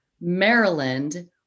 Maryland